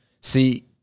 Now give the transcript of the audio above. See